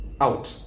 out